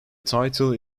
title